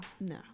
no